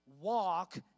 walk